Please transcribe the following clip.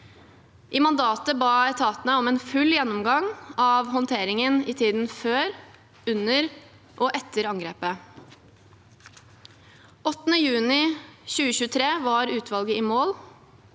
I mandatet ba etatene om en full gjennomgang av håndteringen i tiden før, under og etter angrepet. Den 8. juni 2023 var utvalget i mål.